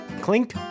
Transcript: Clink